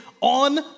on